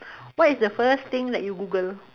what is the first thing that you Google